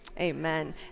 amen